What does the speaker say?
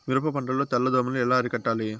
మిరప పంట లో తెల్ల దోమలు ఎలా అరికట్టాలి?